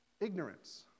Ignorance